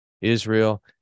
Israel